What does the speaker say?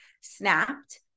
snapped